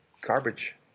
garbage